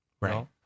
Right